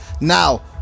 Now